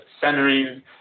centering